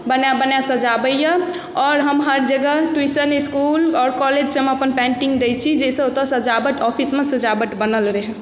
बनाए बनाए सजाबैए आओर हम हर जगह ट्यूशन इस्कुल आओर कॉलेजसभमे अपन पेन्टिंग दै छी जाहिसँ ओतहु सजावट ऑफिसमे सजावट बनल रहए